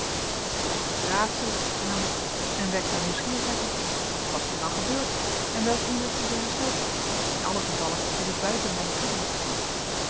gij spreekt raadsels hernam ik en wekt mijn nieuwsgierigheid op wat is er dan gebeurd en welk onrecht is er hersteld in allen gevalle is het buiten mijn toedoen geschied